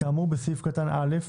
כאמור בסעיף קטן (א),